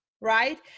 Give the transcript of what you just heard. right